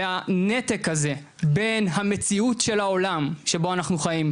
והנתק הזה בין המציאות של העולם שבו אנחנו חיים,